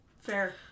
fair